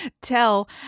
tell